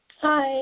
Hi